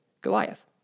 Goliath